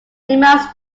demands